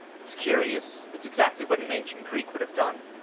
it's curious it's exactly what an ancient greek would have done.